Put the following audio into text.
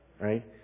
right